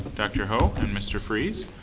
dr. ho and mr. freeze,